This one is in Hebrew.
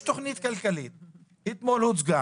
את רוצה